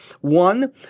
One